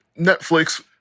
Netflix